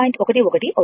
11 అవుతుంది